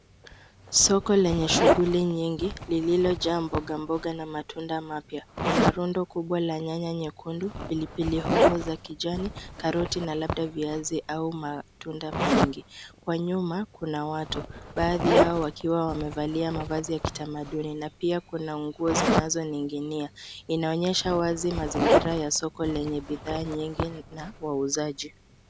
Soko lenye shughuli nyingi lililojaa mboga mboga na matunda mapya. Kuna rundo kubwa la nyanya nyekundu, pilipili hoho za kijani, karoti na labda viazi au matunda mengi. Kwa nyuma kuna watu, baadhi yao wakiwa wamevalia mavazi ya kitamaduni na pia kuna nguo zinazoning'inia. Inaonyesha wazi mazingira ya soko lenye bidhaa nyingi na wauzaji.